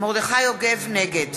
נגד